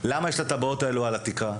למה יש את הטבעות האלה על התקרה?